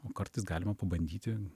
o kartais galima pabandyti